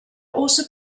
also